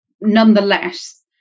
nonetheless